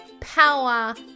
power